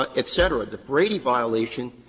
ah et cetera. the brady violation,